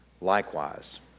likewise